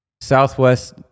Southwest